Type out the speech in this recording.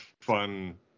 fun